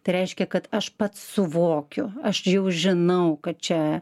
tai reiškia kad aš pats suvokiu aš žinau kad čia